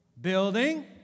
building